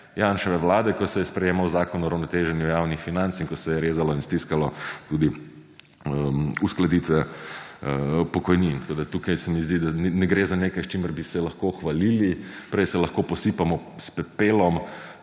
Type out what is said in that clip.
Janševe vlade, ko se je sprejemal Zakon o uravnoteženju javnih financ in ko se je rezalo in stiskalo tudi uskladitve pokojnin. Tako, da tukaj se mi zdi, da ne gre za nekaj, s čimer bi se lahko hvalili, prej se lahko posipamo s pepelom.